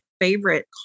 favorite